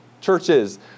churches